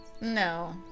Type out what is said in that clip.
No